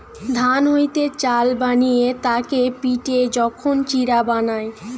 ধান হইতে চাল বানিয়ে তাকে পিটে যখন চিড়া বানায়